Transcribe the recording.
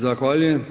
Zahvaljujem.